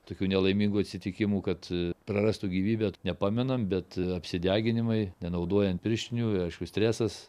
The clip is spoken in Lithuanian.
tokių nelaimingų atsitikimų kad prarastų gyvybę nepamenam bet apsideginimai nenaudojant pirštinių aišku stresas